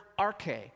arche